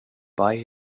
buy